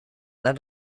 let